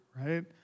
Right